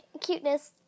cuteness